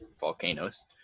volcanoes